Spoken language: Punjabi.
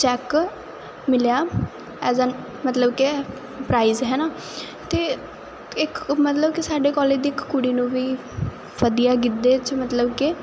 ਚੈੱਕ ਮਿਲਿਆ ਐਸ ਮਤਲਬ ਕਿ ਪ੍ਰਾਈਜ ਹਨਾ ਤੇ ਇੱਕ ਮਤਲਬ ਕਿ ਸਾਡੇ ਕਾਲਜ ਦੀ ਇੱਕ ਕੁੜੀ ਨੂੰ ਵੀ ਵਧੀਆ ਗਿੱਧੇ 'ਚ ਮਤਲਬ ਕਿ